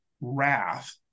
wrath